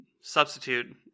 substitute